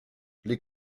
les